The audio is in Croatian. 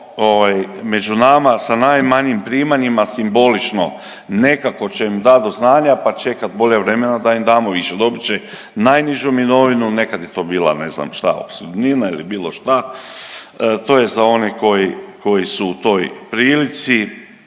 među nama, sa najmanjim pitanjima simbolično nekako će im dati do znanja pa čekati bolja vremena da im damo više. Dobit će najnižu mirovinu, nekad je to bila ne znam, šta, opskrbnina ili bilo šta, to je za one koji, koji su u toj prilici